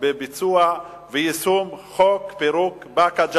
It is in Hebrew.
בביצוע וביישום של חוק פירוק באקה ג'ת.